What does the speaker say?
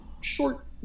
short